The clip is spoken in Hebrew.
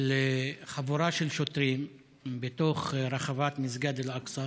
של חבורה של שוטרים בתוך רחבת מסגד אל-אקצא